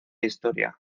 historia